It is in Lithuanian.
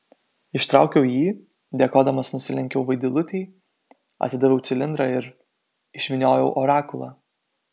ištraukiau jį dėkodamas nusilenkiau vaidilutei atidaviau cilindrą ir išvyniojau orakulą